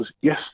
yes